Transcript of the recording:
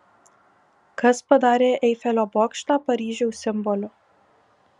kas padarė eifelio bokštą paryžiaus simboliu